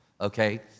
okay